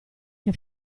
che